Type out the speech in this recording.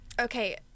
Okay